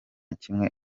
kimwe